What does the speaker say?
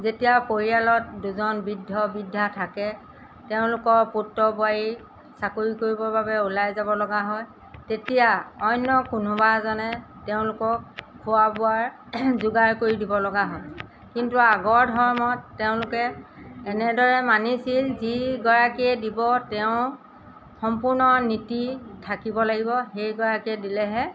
যেতিয়া পৰিয়ালত দুজন বৃদ্ধ বৃদ্ধা থাকে তেওঁলোকৰ পুত্ৰ বোৱাৰী চাকৰি কৰিবৰ বাবে ওলাই যাব লগা হয় তেতিয়া অন্য কোনোবা এজনে তেওঁলোকক খোৱা বোৱাৰ যোগাৰ কৰি দিব লগা হয় কিন্তু আগৰ ধৰ্মত তেওঁলোকে এনেদৰে মানিছিল যি গৰাকীয়ে দিব তেওঁ সম্পূৰ্ণ নীতি থাকিব লাগিব সেইগৰাকীয়ে দিলেহে